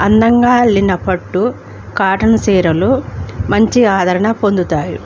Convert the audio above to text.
అందంగా అల్లిన పట్టు కాటన్ చీరలు మంచి ఆదరణ పొందుతాయి